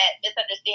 misunderstanding